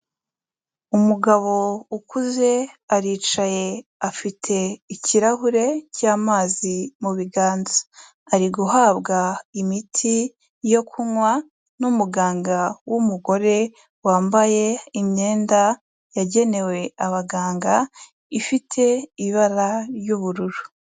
Umugabo ukuze aricaye afite ikirahure cy'amazi mu biganza. Ari guhabwa imiti yo kunywa n'umuganga w'umugore, wambaye imyenda yagenewe abaganga, ifite ibara ry'ubururu.